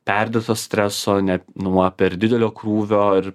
perdėto streso net nuo per didelio krūvio ir